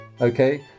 okay